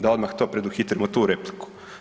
Da odmah to preduhitrimo tu repliku.